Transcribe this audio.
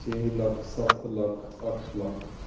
ਛੇ ਲੱਖ ਸੱਤ ਲੱਖ ਅੱਠ ਲੱਖ